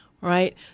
right